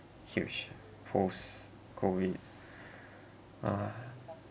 huge post COVID uh